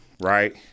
Right